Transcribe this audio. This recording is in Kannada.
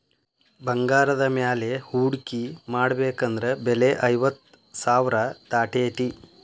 ಬಂಗಾರದ ಮ್ಯಾಲೆ ಹೂಡ್ಕಿ ಮಾಡ್ಬೆಕಂದ್ರ ಬೆಲೆ ಐವತ್ತ್ ಸಾವ್ರಾ ದಾಟೇತಿ